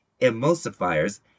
emulsifiers